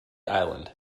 island